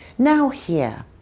now hear.